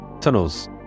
Tunnels